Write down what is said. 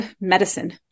medicine